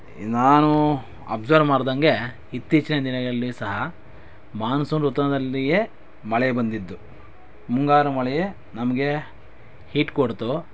ನಾನು ಅಬ್ಸರ್ವ್ ಮಾಡಿದಂಗೆ ಇತ್ತೀಚಿನ ದಿನದಲ್ಲಿ ಸಹ ಮಾನ್ಸೂನ್ ಋತುವಲ್ಲಿಯೇ ಮಳೆ ಬಂದಿದ್ದು ಮುಂಗಾರು ಮಳೆಯೇ ನಮಗೆ ಹಿಟ್ ಕೊಡ್ತು